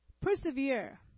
persevere